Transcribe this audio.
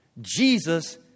Jesus